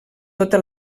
tota